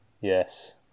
Yes